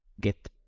get